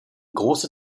große